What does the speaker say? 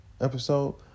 episode